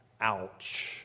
Ouch